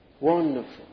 Wonderful